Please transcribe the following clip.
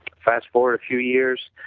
fast-forward a few years,